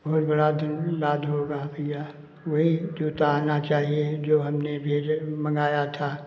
बहुत बड़ा धनबाद होगा भइया वही जूता आना चाहिए जो हमने भेजा मँगाया था